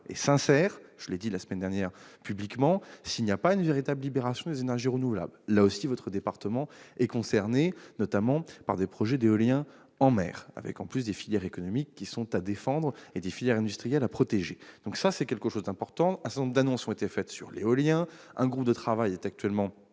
et sincère, je l'ai dit la semaine dernière publiquement, s'il n'y a pas une véritable libération des énergies renouvelables. Là aussi, votre département est concerné, notamment par des projets d'éolien en mer, avec en plus des filières économiques à défendre et des filières industrielles à protéger. C'est un enjeu important et un certain nombre d'annonces ont été faites sur l'éolien. Par ailleurs, un groupe de travail est en